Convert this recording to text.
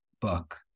book